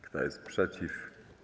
Kto jest przeciw?